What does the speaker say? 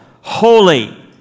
holy